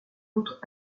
outre